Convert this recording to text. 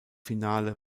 finale